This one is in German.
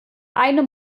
einem